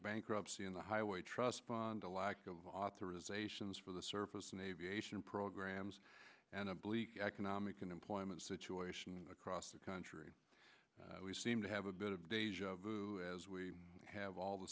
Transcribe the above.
bankruptcy in the highway trust fund a lack of authorizations for the surface and aviation programs and a bleak economic and employment situation across the country we seem to have a bit of deja vu as we have all the